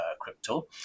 crypto